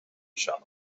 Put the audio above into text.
shop